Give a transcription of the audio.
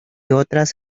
otras